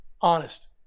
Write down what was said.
honest